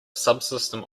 subsystem